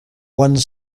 one